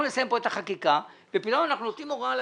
אנחנו נסיים פה את החקיקה ופתאום אנחנו נותנים הוראה לגמ"חים,